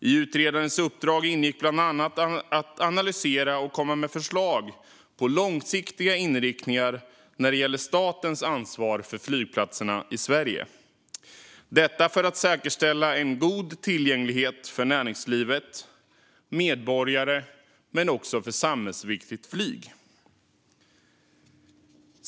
I utredarens uppdrag ingick bland annat att analysera och komma med förslag på långsiktiga inriktningar när det gäller statens ansvar för flygplatserna i Sverige, för att säkerställa en god tillgänglighet för näringslivet, medborgare och samhällsviktigt flyg.